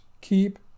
keep